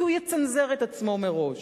כי הוא יצנזר את עצמו מראש.